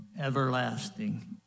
everlasting